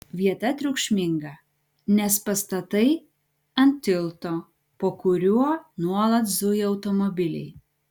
vieta triukšminga nes pastatai ant tilto po kuriuo nuolat zuja automobiliai